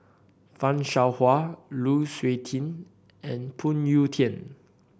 Fan Shao Hua Lu Suitin and Phoon Yew Tien